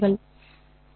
சரி